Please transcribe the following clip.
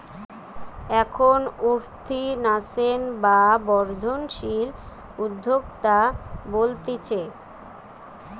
এখন উঠতি ন্যাসেন্ট বা বর্ধনশীল উদ্যোক্তা বলতিছে